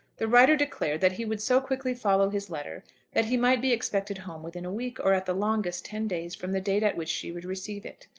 the writer declared that he would so quickly follow his letter that he might be expected home within a week, or, at the longest, ten days, from the date at which she would receive it.